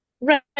Right